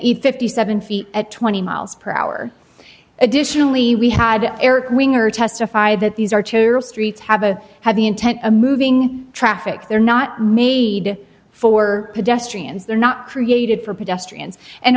a fifty seven feet at twenty miles per hour additionally we had eric winger testify that these are streets have a heavy intent a moving traffic they're not made for pedestrians they're not created for